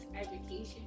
education